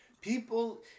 People